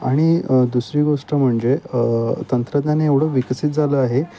आणि दुसरी गोष्ट म्हणजे तंत्रज्ञान एवढं विकसित झालं आहे